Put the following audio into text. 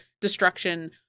destruction